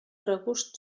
regust